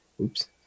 Oops